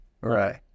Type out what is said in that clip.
Right